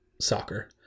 soccer